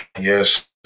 yes